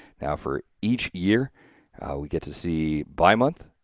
now, for each year we get to see by month.